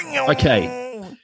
Okay